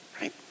right